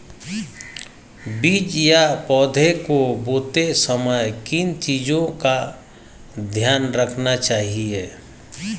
बीज या पौधे को बोते समय किन चीज़ों का ध्यान रखना चाहिए?